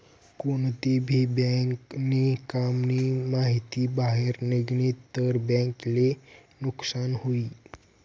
कोणती भी बँक नी काम नी माहिती बाहेर निगनी तर बँक ले नुकसान हुई